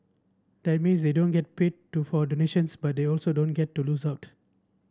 that means they don't get paid to for the nations but they also don't get to lose out